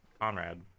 Conrad